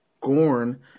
Gorn